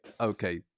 okay